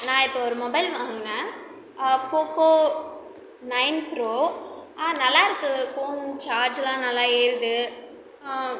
நான் இப்போ ஒரு மொபைல் வாங்கினேன் போக்கோ நயன் ப்ரோ நல்லாயிருக்கு ஃபோன் வந்து சார்ஜ்லாம் நல்லா ஏறுது